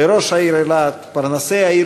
לראש העיר אילת ולפרנסי העיר,